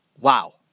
wow